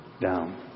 down